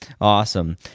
Awesome